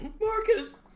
Marcus